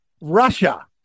russia